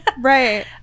Right